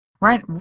right